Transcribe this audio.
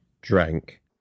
drank